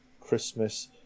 Christmas